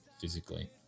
physically